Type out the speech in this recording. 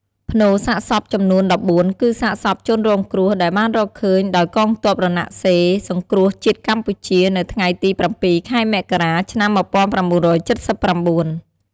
ផ្នូរសាកសពចំនួន១៤ គឺសាកសពជនរងគ្រោះ ដែលបានរកឃើញដោយកងទ័ពរណសិរ្សសង្គ្រោះជាតិកម្ពុជា នៅថ្ងៃទី៧ ខែមករា ឆ្នាំ១៩៧៩។